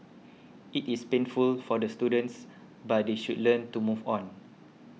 it is painful for the students but they should learn to move on